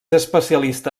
especialista